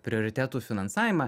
prioritetų finansavimą